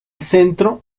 centro